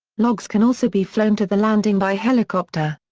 logs can also be flown to the landing by helicopter.